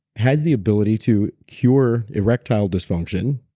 has the ability to cure erectile dysfunction.